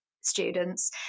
students